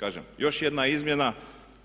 Kažem, još jedna izmjena,